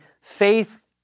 faith